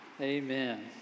Amen